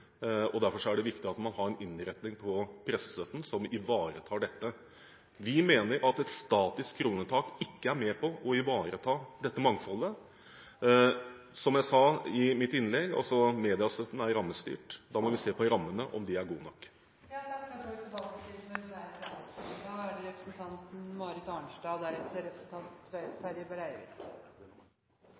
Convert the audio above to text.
og derfor er det viktig at man har en innretning på pressestøtten som ivaretar dette. Vi mener at et statisk kronetak ikke er med på å ivareta dette mangfoldet. Som jeg sa i mitt innlegg, er mediestøtten rammestyrt, og da må vi se på om rammene er gode nok. Replikkordskiftet er omme. Ulike deler av pressestøtten har vært velfungerende og helt nødvendige ordninger helt sida Borten-regjeringen innførte ordningen i 1969. Målet var å opprettholde en differensiert presse. Det